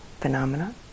phenomena